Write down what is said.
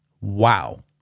Wow